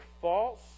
false